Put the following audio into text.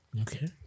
Okay